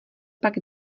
pak